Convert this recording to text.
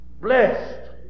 blessed